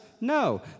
No